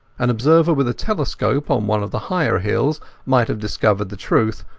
an observer with a telescope on one of the higher hills might have discovered the truth,